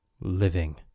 living